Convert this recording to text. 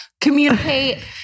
communicate